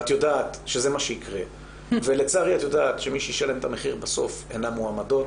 ואת יודעת שזה מה שיקרה ואת יודעת שמי שישלם את המחיר בסוף הן המועמדות,